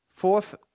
Fourth